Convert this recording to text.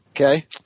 Okay